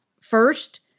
First